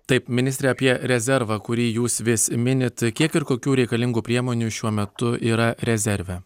taip ministre apie rezervą kurį jūs vis minit tai kiek ir kokių reikalingų priemonių šiuo metu yra rezerve